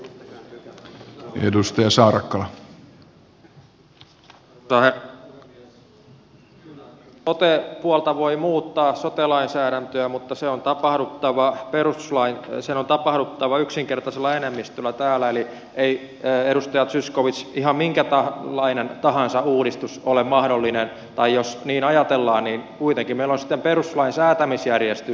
kyllä sote lainsäädäntöä voi muuttaa mutta sen on tapahduttava yksinkertaisella enemmistöllä täällä eli ei edustaja zyskowicz ihan minkälainen tahansa uudistus ole mahdollinen tai jos niin ajatellaan niin kuitenkin meillä on sitten perustuslain säätämisjärjestys